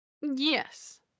Yes